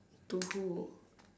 to who